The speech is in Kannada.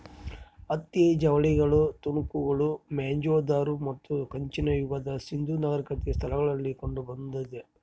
ಹತ್ತಿ ಜವಳಿಗಳ ತುಣುಕುಗಳು ಮೊಹೆಂಜೊದಾರೋ ಮತ್ತು ಕಂಚಿನ ಯುಗದ ಸಿಂಧೂ ನಾಗರಿಕತೆ ಸ್ಥಳಗಳಲ್ಲಿ ಕಂಡುಬಂದಾದ